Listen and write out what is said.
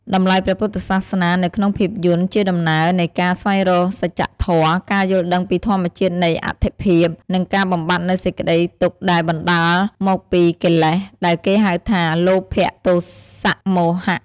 តម្លៃព្រះពុទ្ធសាសនានៅក្នុងភាពយន្ត ជាដំណើរនៃការស្វែងរកសច្ចធម៌ ការយល់ដឹងពីធម្មជាតិនៃអត្ថិភាព និងការបំបាត់នូវសេចក្តីទុក្ខដែលបណ្តាលមកពីកិលេស ដែលគេហៅថា លោភៈ ទោសៈ មោហៈ។